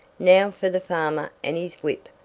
now for the farmer and his whip!